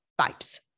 vibes